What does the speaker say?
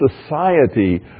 society